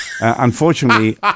Unfortunately